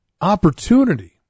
opportunity